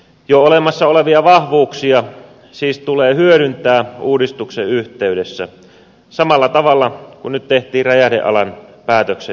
jo olemassa olevia vahvuuksia siis tulee hyödyntää uudistuksen yhteydessä samalla tavalla kuin nyt tehtiin räjähdealan päätöksen yhteydessä